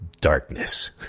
darkness